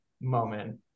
moment